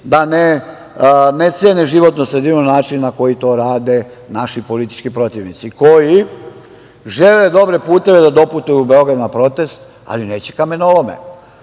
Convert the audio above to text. da ne cene životnu sredinu na način na koji to rade naši politički protivnici koji žele dobre puteve da doputuju u Beograd na protest, ali neće kamenolome. Dakle,